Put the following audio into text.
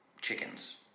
chickens